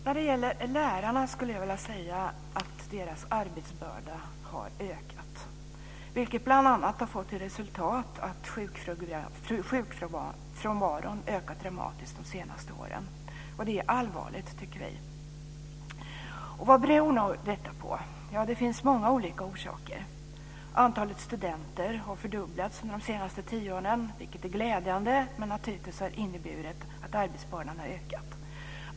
När det gäller lärarna skulle jag vilja säga att deras arbetsbörda har ökat, vilket bl.a. har fått till resultat att sjukfrånvaron ökat dramatiskt de senaste åren. Det är allvarligt, tycker vi. Vad beror då detta på? Ja, det finns många olika orsaker. Antalet studenter har fördubblats under de senaste tio åren, vilket är glädjande men naturligtvis har inneburit att arbetsbördan har ökat.